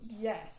Yes